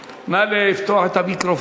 תודה, אדוני היושב-ראש, נא לפתוח את המיקרופון.